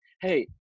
Hey